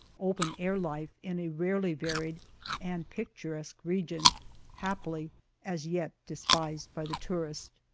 open-air life in a rarely varied and picturesque region happily as yet despised by the tourist.